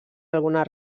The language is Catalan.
alguna